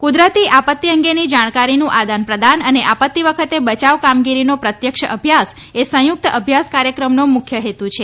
કુદરતી આપાત્તી અંગેની જાણકારીનું આદાન પ્રદાન અને આપત્તિ વખતે બયાવ કામગીરીનો પ્રત્યક્ષ અભ્યાસ એ સંયુક્ત અભ્યાસ કાર્યક્રમનો મુખ્ય હેતુ છે